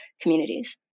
communities